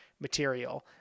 material